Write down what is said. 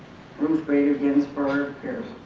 ruth bader ginsburg here